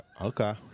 Okay